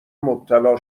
مبتلا